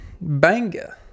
banga